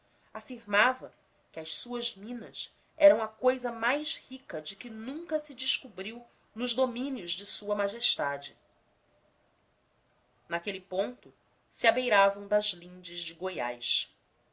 afirmava que as suas minas eram a cousa mais rica de que nunca se descobriu nos domínios de sua majestade naquele ponto se abeiravam das lindes de goiás